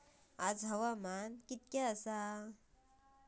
आज हवामान किती आसा?